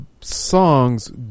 songs